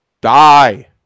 Die